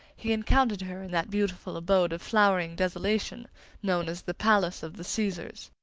he encountered her in that beautiful abode of flowering desolation known as the palace of the caesars.